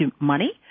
money